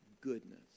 goodness